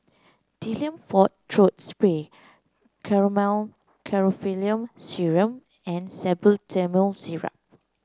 Difflam Forte Throat Spray Chlormine Chlorpheniramine Syrup and Salbutamol Syrup